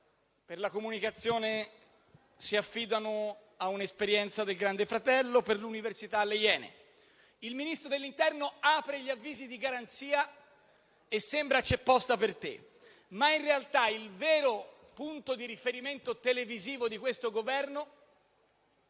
per la comunicazione si affida a un'esperienza del «Grande Fratello» e per l'università a «Le iene»; il Ministro dell'interno apre gli avvisi di garanzia e sembra «C'è posta per te». Ma in realtà, il vero punto di riferimento televisivo di questo Governo